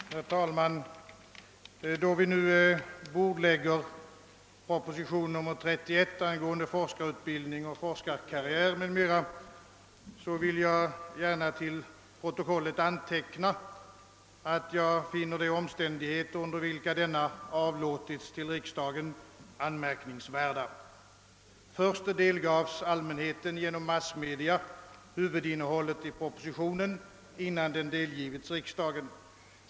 Herr talman! Då vi nu bordlägger och remitterar proposition nr 31 angående forskarutbildning och forskarkarriär m.m. vill jag gärna till protokol let anteckna, att jag finner de omständigheter under vilka denna avlåtits till riksdagen anmärkningsvärda. Först delgavs allmänheten genom massmedia huvudinnehållet i propositionen, innan denna delgivits riksdagen.